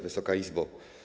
Wysoka Izbo!